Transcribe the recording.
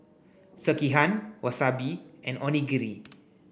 Sekihan Wasabi and Onigiri